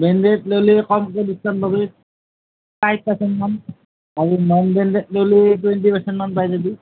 ব্ৰেন্ডেত ল'লে কমকে ডিচকাউন্ট পাবি ফাইভ পাৰ্চেণ্ট মান আৰু নন ব্ৰেন্ডেত ল'লে টুৱেন্টি পাৰ্চেণ্ট মান পায় যাবি